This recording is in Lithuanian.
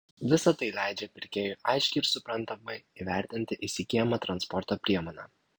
visa tai leidžia pirkėjui aiškiai ir suprantamai įvertinti įsigyjamą transporto priemonę